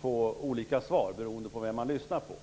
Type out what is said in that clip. få olika svar beroende på vem man lyssnar på.